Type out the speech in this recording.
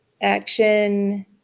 action